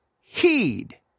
heed